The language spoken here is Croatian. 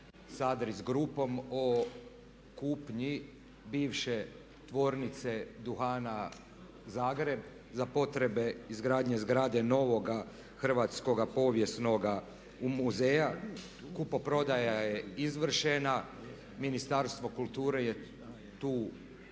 sa ADRIS grupom o kupnji bivše Tvornice duhana Zagreb za potrebe izgradnje zgrade novoga Hrvatskoga povijesnoga muzeja. Kupoprodaja je izvršena, Ministarstvo kulture je tu kupnju